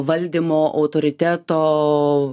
valdymo autoriteto